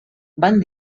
van